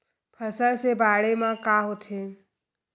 फसल से बाढ़े म का होथे?